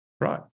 Right